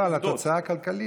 לא, על התוצאה הכלכלית.